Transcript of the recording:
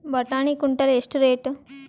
ಬಟಾಣಿ ಕುಂಟಲ ಎಷ್ಟು ರೇಟ್?